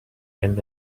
and